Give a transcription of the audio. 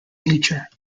nature